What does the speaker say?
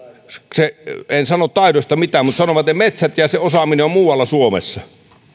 en sano taidosta mitään mutta sanon vain että metsät ja ja osaaminen ovat muualla suomessa